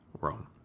rome